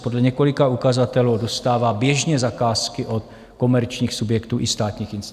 Podle několika ukazatelů dostává běžně zakázky od komerčních subjektů i státních institucí.